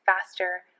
faster